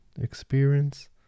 experience